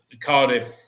Cardiff